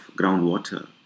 groundwater